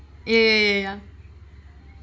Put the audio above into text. eh ya